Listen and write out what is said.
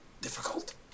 Difficult